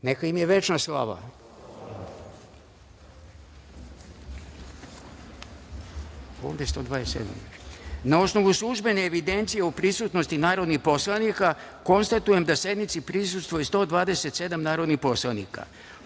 im je večna slava. Slava im. Na osnovu službene evidencije o prisutnosti narodnih poslanika, konstatujem da sednici prisustvuje 127 narodnih poslanika. Podsećam